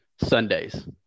Sundays